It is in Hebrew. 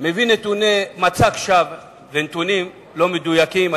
מביא מצג שווא ונתונים לא מדויקים,